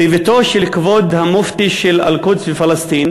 לביתו של כבוד המופתי של אל-קודס ופלסטין